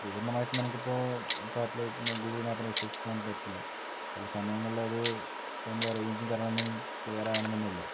പൂർണമായിട്ടും നമുക്ക് ഇപ്പോ സാറ്റലൈറ്റിനെയോ ഗൂഗിൾ മാപിനെയോ വിശ്വസിക്കാൻ പറ്റില്ല ചില സമയങ്ങളിൽ അത് അതിൻ്റെ റേഞ്ചും കാര്യങ്ങളൊന്നും ക്ലിയർ ആകണമെന്നില്ല